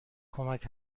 کمک